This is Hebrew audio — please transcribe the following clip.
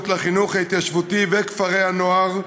לחינוך ההתיישבותי ולכפרי הנוער בישראל.